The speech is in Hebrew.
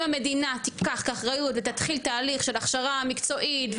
אם המדינה תיקח אחריות ותתחיל תהליך של הכשרה מקצועית,